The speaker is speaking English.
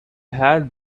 had